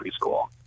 preschool